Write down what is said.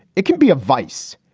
it can be a vice.